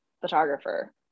photographer